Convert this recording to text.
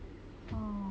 ah